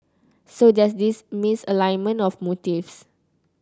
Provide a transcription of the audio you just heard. so there's this misalignment of motives